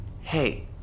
Hey